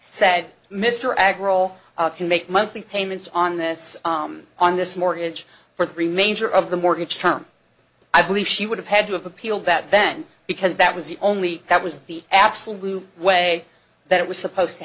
said mr ag role can make monthly payments on this on this mortgage for the remainder of the mortgage term i believe she would have had to have appealed that then because that was the only that was the absolute way that it was supposed to